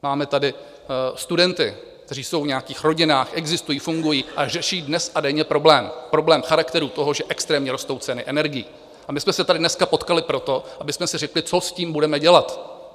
Máme tady studenty, kteří jsou v nějakých rodinách, existují, fungují a řeší dnes a denně problém, problém charakteru toho, že extrémně rostou ceny energií, a my jsme se tady dneska potkali proto, abychom si řekli, co s tím budeme dělat.